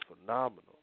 phenomenal